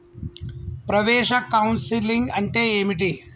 ప్రవేశ కౌన్సెలింగ్ అంటే ఏమిటి?